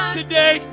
today